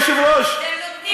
הם מצוינים.